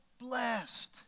blessed